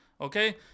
Okay